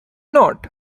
not